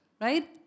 right